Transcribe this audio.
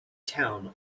town